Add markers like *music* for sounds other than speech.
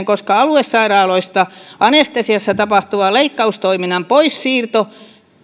*unintelligible* koska aluesairaaloista anestesiassa tapahtuvan leikkaustoiminnan poissiirto